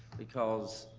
because